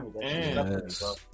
Yes